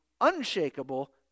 unshakable